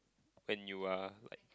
when you are like